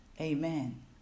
Amen